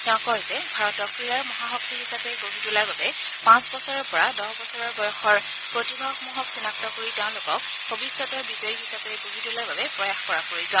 তেওঁ কয় যে ভাৰতক ক্ৰীড়াৰ মহাশক্তি হিচাপে গঢ়িতোলাৰ বাবে পাঁচ বছৰৰ পৰা দহ বছৰৰ বয়সৰ প্ৰতিভসমূহক চিনাক্ত কৰি তেওঁলোকক ভৱিষ্যতৰ বিজয়ী হিচাপে গঢ়ি তোলাৰ বাবে প্ৰয়াস কৰা প্ৰয়োজন